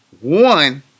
one